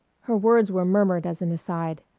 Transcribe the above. her words were murmured as an aside.